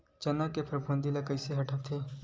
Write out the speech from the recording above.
चना के फफूंद ल कइसे हटाथे?